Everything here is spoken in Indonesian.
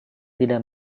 tidak